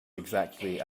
exactly